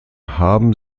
haben